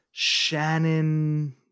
Shannon